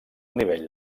nivell